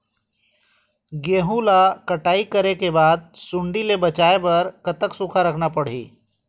गेहूं ला कटाई करे बाद सुण्डी ले बचाए बर कतक सूखा रखना पड़ही?